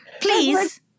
Please